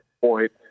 point